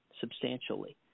substantially